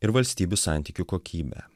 ir valstybių santykių kokybę